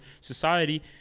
society